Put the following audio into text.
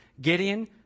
Gideon